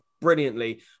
brilliantly